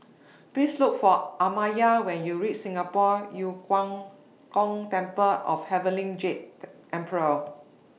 Please Look For Amaya when YOU REACH Singapore Yu Huang Gong Temple of Heavenly Jade Emperor